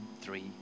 three